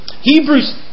Hebrews